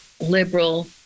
liberal